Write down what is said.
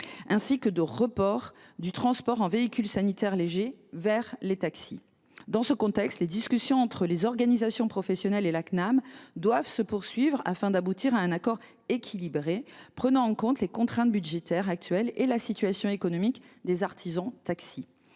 à 100 % et du report du transport en véhicule sanitaire léger vers les taxis. Dans ce contexte, les discussions entre les organisations professionnelles et la Cnam doivent se poursuivre afin d’aboutir à un accord équilibré tenant compte des contraintes budgétaires actuelles et de la situation économique des artisans taxis.